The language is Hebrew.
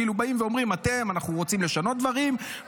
כאילו באים ואומרים: אנחנו רוצים לשנות דברים,